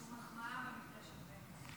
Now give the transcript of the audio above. זו מחמאה במקרה של בן גביר.